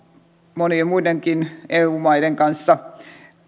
monien muidenkin eu maiden kanssa